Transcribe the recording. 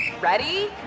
Ready